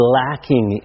lacking